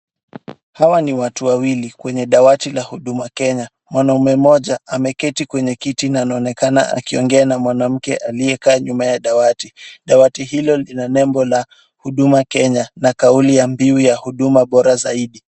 Hawa ni watu wawili kwenye dawati ya Huduma Kenya. Mwanaume mmoja ameketi kwenye kiti na anaonekana akiongea na mwanamke aliyekaa nyuma ya dawati. Dawati hilo lina nembo la Huduma Kenya na kauli ya mbiu ya Huduma Bora zaidi.